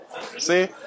see